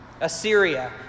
Assyria